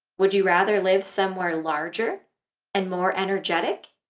would you rather live somewhere larger and more energetic,